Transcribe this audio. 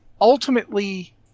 ultimately